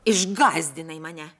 išgąsdinai mane